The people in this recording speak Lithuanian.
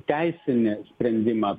teisinį sprendimą